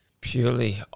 purely